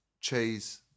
cheese